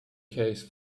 case